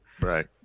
Right